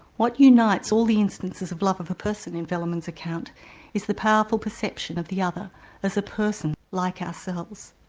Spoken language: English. what unites all the instances of love of a person in velleman's account is the powerful perception of the other as a person like ourselves.